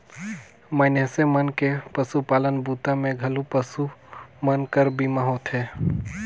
मइनसे मन के पसुपालन बूता मे घलो पसु मन कर बीमा होथे